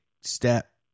step